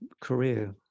career